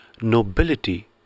nobility